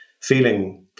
Feeling